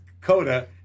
Coda